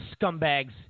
scumbags